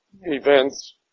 events